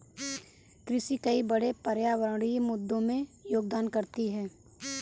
कृषि कई बड़े पर्यावरणीय मुद्दों में योगदान करती है